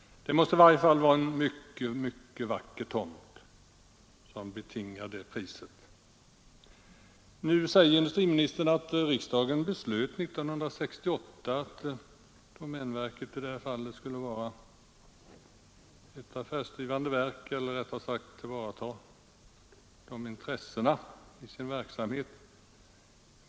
Det måste åtminstone vara en mycket vacker tomt som betingar det priset. Nu säger industriministern att riksdagen 1968 beslöt att domänverket skulle tillvarata de företagsekonomiska intressena i sin verksamhet.